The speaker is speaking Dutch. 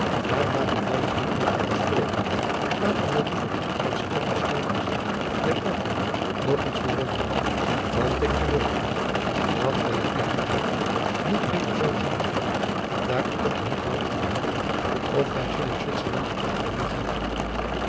maar laten wij er niet meer over spreken laten wij liever dit uitstekend schoon gezigt der lpen nog eens bewonderen want ik verbeeld mij dat wij het deze reis niet weder zoo zien zullen daar het toch niet lang kan duren of wij zullen witserland achter den rug hebben